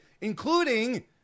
including